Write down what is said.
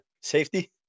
safety